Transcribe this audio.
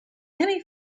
many